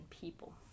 people